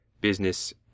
business